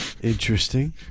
Interesting